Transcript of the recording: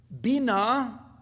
Bina